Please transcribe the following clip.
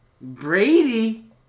Brady